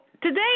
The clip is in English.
today